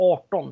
18